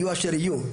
יהיו אשר יהיו,